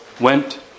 went